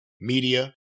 media